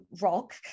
rock